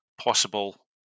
possible